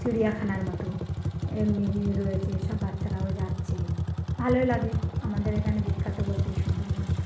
চিড়িয়াখানার মতো এমনি রয়েছে সব বাচ্চারাও যাচ্ছে ভালোই লাগে আমাদের এখানে বিখ্যাত বলতে এই সুন্দরবন